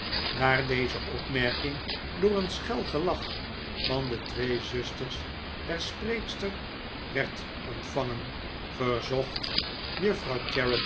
daar deze opmerking door een schel gelach van de twee zusters der spreekster werd ontvangen verzocht juffrouw